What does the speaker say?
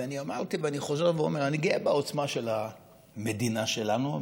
ואני אמרתי ואני חוזר ואומר: אני גאה בעוצמה של המדינה שלנו,